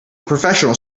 professional